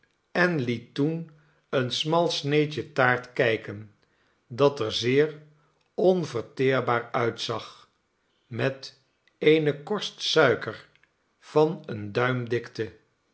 en liet toen een smal sneedje taart kijken dat er zeer onverteerbaar uitzag met eene korst suiker van een duim dikte